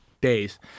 days